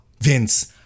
Vince